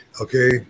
okay